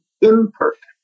imperfect